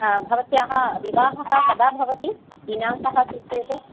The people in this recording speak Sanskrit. भवत्याः विवाहः कदा भवति दिनाङ्कः सूचयतु